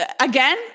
Again